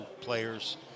players